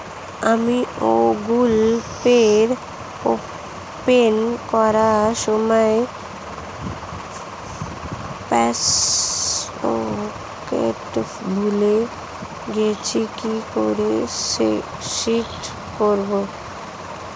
আমি Google Pay open করার সময় পাসওয়ার্ড ভুলে গেছি কি করে সেট করব?